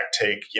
take